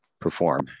perform